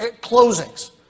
closings